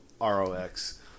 R-O-X